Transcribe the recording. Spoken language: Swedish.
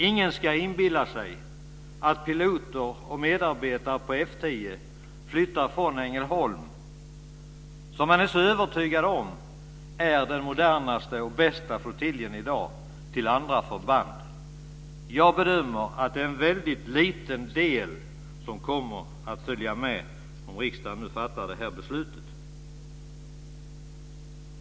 Ingen ska inbilla sig att piloter och medarbetare på F 10 flyttar från Ängelholm, som man är övertygad om är den modernaste och bästa flottiljen i dag, till andra förband. Jag bedömer att en väldigt liten del kommer att följa med om riksdagen nu fattar det här beslutet.